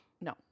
no